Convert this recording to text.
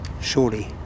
surely